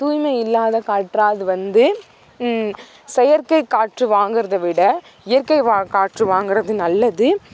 தூய்மை இல்லாத காற்றாக அது வந்து செயற்கை காற்று வாங்குறதை விட இயற்கை காற்று வாங்குறது நல்லது